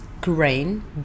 grain